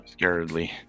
scaredly